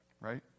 right